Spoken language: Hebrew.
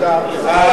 לי.